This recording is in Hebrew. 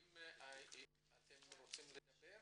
אתם רוצים לדבר?